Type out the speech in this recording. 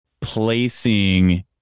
placing